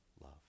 love